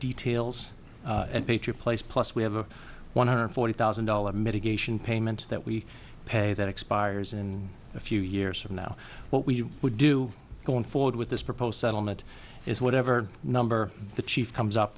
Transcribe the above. details and place plus we have a one hundred forty thousand dollars mitigation payment that we pay that expires in a few years from now what we would do going forward with this proposed settlement is whatever number the chief comes up